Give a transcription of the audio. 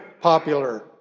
popular